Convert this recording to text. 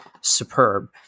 superb